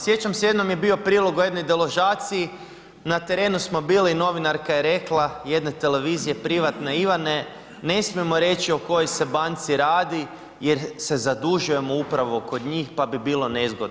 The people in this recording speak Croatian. Sjećam se jednom je bio prilog o jednoj deložaciji, na terenu smo bili, novinarka je rekla jedne televizije privatne, Ivane, ne smijemo reći o kojoj se banci radi jer se zadužujemo upravo kod njih pa bi bilo nezgodno.